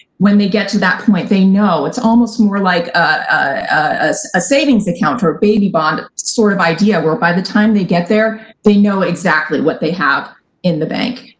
when they get to that point they know, it's almost more like ah a savings account or a baby bond sort of idea where by the time they get there, they know exactly what they have in the bank.